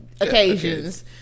occasions